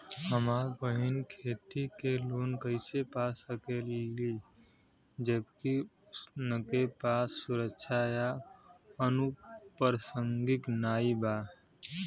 हमार बहिन खेती के लोन कईसे पा सकेली जबकि उनके पास सुरक्षा या अनुपरसांगिक नाई बा?